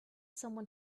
someone